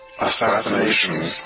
assassination